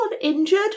injured